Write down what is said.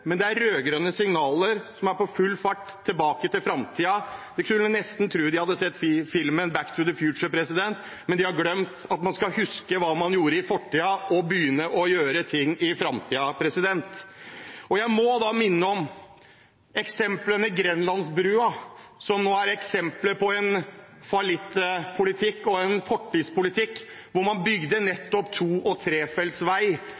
men de rød-grønne signalene er: full fart tilbake til framtiden. En kunne nesten tro de hadde sett filmen «Back to the Future», men de har glemt at man skal huske hva man gjorde i fortiden, og begynne å gjøre ting i framtiden. Jeg må minne om eksemplet Grenlandsbrua, som er et eksempel på en fallittpolitikk og en fortidspolitikk, hvor man nettopp bygde to- og trefelts vei